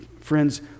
Friends